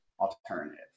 alternative